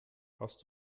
hast